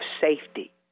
safety